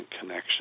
connection